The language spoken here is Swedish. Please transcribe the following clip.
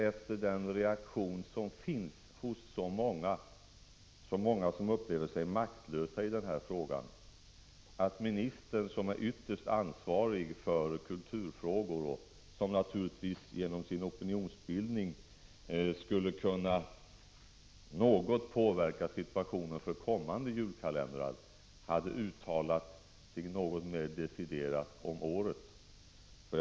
Efter att ha stött på samma reaktion hos så många människor — det är nämligen många som känner sig maktlösa i den här frågan — hade jag nog väntat mig att ministern, som ytterst är ansvarig för kulturfrågor och som genom sin opinionsbildande ställning naturligtvis skulle kunna påverka situationen något vad gäller kommande julkalendrar, skulle ha uttalat sig litet mera deciderat om årets kalender.